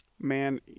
Man